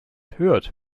hört